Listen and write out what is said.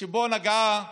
שנגעה